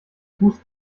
fuß